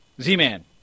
Z-Man